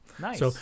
Nice